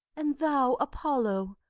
and thou apollo,